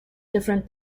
different